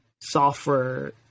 software